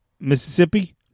Mississippi